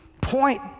point